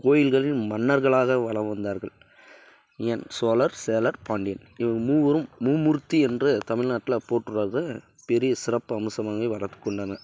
கோயில்களின் மன்னர்களாக வலம் வந்தார்கள் சோழர் சேரர் பாண்டியன் இவங்க மூவரும் மும்மூர்த்தி என்று தமிழ்நாட்டில் போற்றுவார்கள் பெரிய சிறப்பு அம்சமாகவே வளர்த்து கொண்டனர்